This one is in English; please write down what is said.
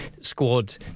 squad